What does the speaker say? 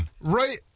Right